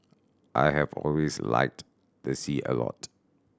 I have always liked the sea a lot